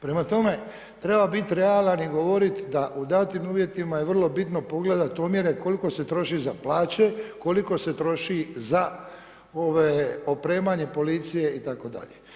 Prema tome, treba bit realan i govorit da u datim uvjetima je vrlo bitno pogledat omjere koliko se troši za plaće, koliko se troši za opremanje policije itd.